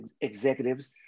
executives